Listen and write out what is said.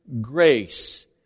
grace